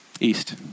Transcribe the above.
East